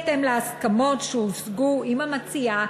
בהתאם להסכמות שהושגו עם המציעה